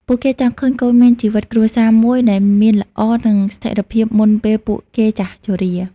ពួកគេចង់ឃើញកូនមានជីវិតគ្រួសារមួយដែលមានល្អនឹងស្ថិរភាពមុនពេលពួកគេចាស់ជរា ។